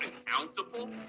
accountable